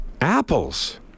Apples